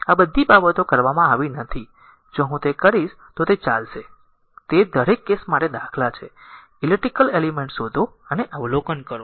આ બધી બાબતો કરવામાં આવી નથી જો હું તે કરીશ તો તે ચાલશે તે દરેક કેસ માટે દાખલા છે ઇલેક્ટ્રિકલ એલીમેન્ટ્સ શોધો અને અવલોકન કરો